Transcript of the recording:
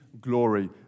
glory